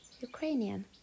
ukrainian